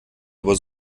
über